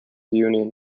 union